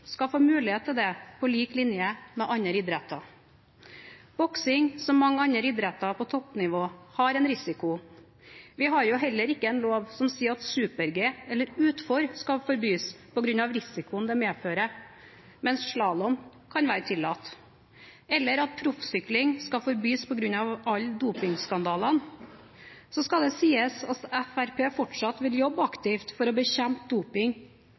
skal få mulighet til det, på lik linje med andre idretter. Boksing, som mange andre idretter på toppnivå, har en risiko. Vi har heller ikke en lov som sier at super-G eller utfor skal forbys på grunn av risikoen det medfører, mens slalåm kan være tillatt, eller at proffsykling skal forbys på grunn av alle dopingskandalene. Så skal det sies at Fremskrittspartiet fortsatt vil jobbe aktivt for å bekjempe doping